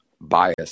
bias